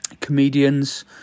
comedians